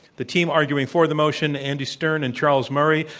the team arguing for the motion, andy stern and charles murray,